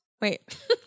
Wait